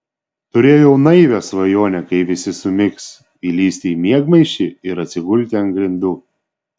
turėjau naivią svajonę kai visi sumigs įlįsti į miegmaišį ir atsigulti ant grindų